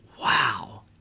wow